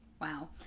Wow